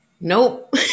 Nope